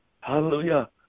Hallelujah